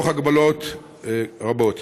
תוך הגבלות רבות.